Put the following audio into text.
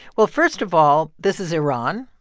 well, first of all, this is iran,